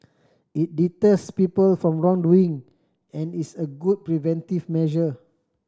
it deters people from wrongdoing and is a good preventive measure